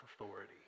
authority